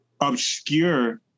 obscure